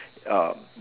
uh